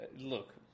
Look